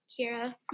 Kira